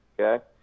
Okay